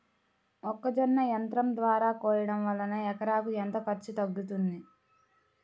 మొక్కజొన్న యంత్రం ద్వారా కోయటం వలన ఎకరాకు ఎంత ఖర్చు తగ్గుతుంది?